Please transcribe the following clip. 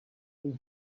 was